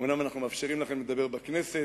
אומנם אנחנו מאפשרים לכם לדבר בכנסת,